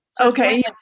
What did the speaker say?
okay